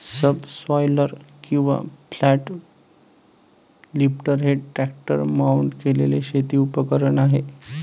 subsoiler किंवा flat lifter हे tractor mount केलेले शेती उपकरण आहे